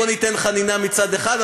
בוא ניתן חנינה מצד אחד,